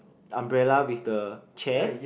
umbrella with the chair